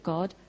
God